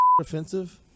offensive